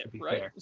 right